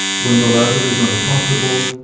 when the latter is uncomfortable,